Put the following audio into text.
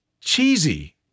cheesy